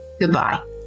Goodbye